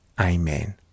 Amen